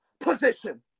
position